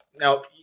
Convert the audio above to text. Now